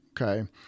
Okay